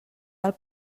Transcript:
del